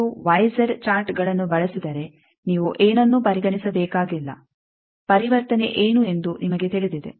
ನೀವು ವೈಜೆಡ್ ಚಾರ್ಟ್ಗಳನ್ನು ಬಳಸಿದರೆ ನೀವು ಏನನ್ನೂ ಪರಿಗಣಿಸಬೇಕಾಗಿಲ್ಲ ಪರಿವರ್ತನೆ ಏನು ಎಂದು ನಿಮಗೆ ತಿಳಿದಿದೆ